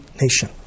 nation